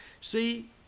See